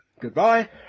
Goodbye